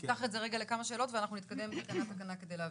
נפתח את זה רגע לכמה שאלות ואנחנו נתקדם תקנה תקנה כדי להבין.